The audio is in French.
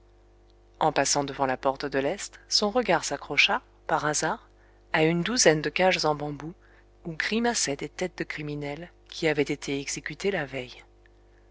en passant devant la porte de l'est son regard s'accrocha par hasard à une douzaine de cages en bambous où grimaçaient des têtes de criminels qui avaient été exécutés la veille